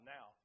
Now